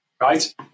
right